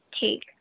take